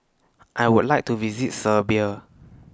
I Would like to visit Serbia